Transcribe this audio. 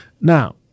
Now